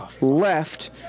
left